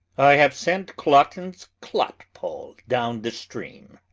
i have sent cloten's clotpoll down the stream,